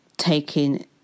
taking